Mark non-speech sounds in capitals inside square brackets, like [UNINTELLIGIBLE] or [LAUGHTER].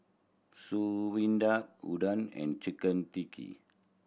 [UNINTELLIGIBLE] Udon and Chicken [UNINTELLIGIBLE]